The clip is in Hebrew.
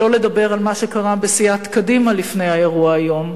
שלא לדבר על מה שקרה בסיעת קדימה לפני האירוע היום,